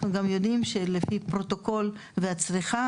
אנחנו גם יודעים שלפי הפרוטוקול והצריכה,